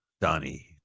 Donnie